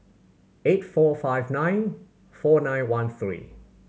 eight four five nine four nine one three